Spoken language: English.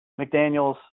McDaniels